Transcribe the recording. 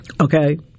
okay